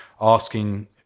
asking